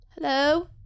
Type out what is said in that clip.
Hello